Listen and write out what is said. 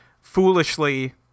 foolishly